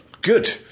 good